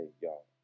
y'all